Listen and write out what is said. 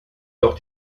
doch